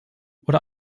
oder